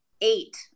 eight